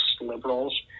liberals